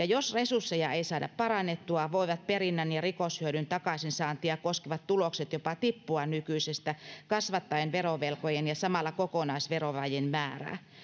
jos resursseja ei saada parannettua voivat perinnän ja rikoshyödyn takaisinsaantia koskevat tulokset jopa tippua nykyisestä kasvattaen verovelkojen ja samalla kokonaisverovajeen määrää